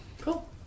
Cool